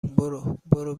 برو، برو